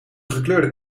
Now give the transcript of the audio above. gekleurde